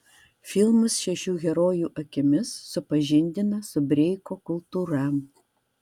filmas šešių herojų akimis supažindina su breiko kultūra